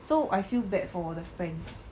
so I feel bad for the friends